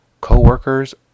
co-workers